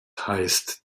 heißt